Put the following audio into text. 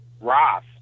Ross